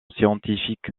scientifique